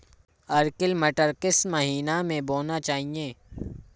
Arkel मटर किस महीना में बोना चाहिए?